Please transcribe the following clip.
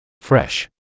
fresh